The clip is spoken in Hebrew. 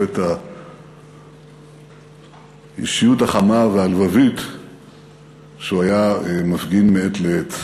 לא את האישיות החמה והלבבית שהוא היה מפגין מעת לעת.